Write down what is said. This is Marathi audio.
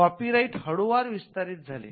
कॉपी राईट हळुवार विस्तारित झाले